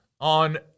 on